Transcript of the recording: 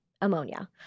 ammonia